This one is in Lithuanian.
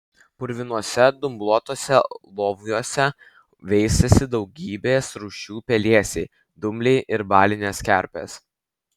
purvinuose dumbluotuose loviuose veisėsi daugybės rūšių pelėsiai dumbliai ir balinės kerpės